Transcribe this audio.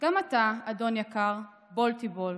גם אתה, אדון יקר, בול תיבול.